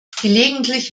gelegentlich